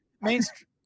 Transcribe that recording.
mainstream